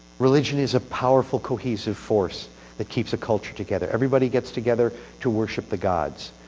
religion is a powerful cohesive force that keeps a culture together. everybody gets together to worship the gods.